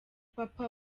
papa